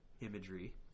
imagery